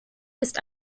ist